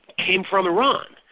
came from iran.